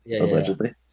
allegedly